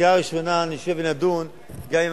ולאחר הקריאה ראשונה נשב ונדון גם עם